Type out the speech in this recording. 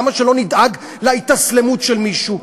למה שלא נדאג להתאסלמות של מישהו?